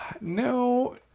No